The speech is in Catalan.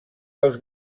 pels